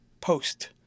post